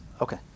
Okay